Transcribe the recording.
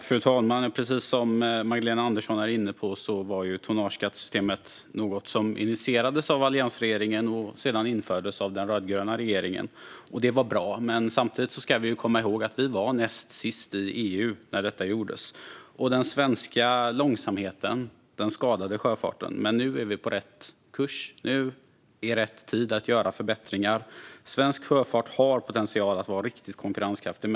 Fru talman! Precis som Magdalena Andersson är inne på var tonnageskattesystemet något som initierades av alliansregeringen och sedan infördes av den rödgröna regeringen. Det var bra, men samtidigt ska vi komma ihåg att vi var näst sist i EU när detta gjordes. Och den svenska långsamheten skadade sjöfarten. Men nu är vi på rätt kurs. Nu är rätt tid att göra förbättringar. Svensk sjöfart har potential att vara riktigt konkurrenskraftig.